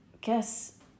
guess